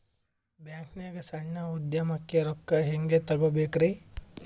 ಬ್ಯಾಂಕ್ನಾಗ ಸಣ್ಣ ಉದ್ಯಮಕ್ಕೆ ರೊಕ್ಕ ಹೆಂಗೆ ತಗೋಬೇಕ್ರಿ?